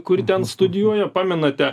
kuri ten studijuoja pamenate